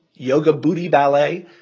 yoga booty ballet.